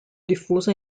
diffusa